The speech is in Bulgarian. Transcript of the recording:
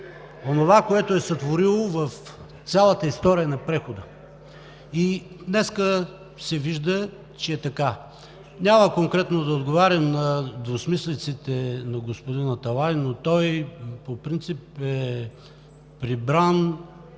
онова, което е сътворило в цялата история на прехода, и днес се вижда, че е така. Няма конкретно да отговарям на двусмислиците на господин Аталай, но той по принцип е прибран